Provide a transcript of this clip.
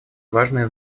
важное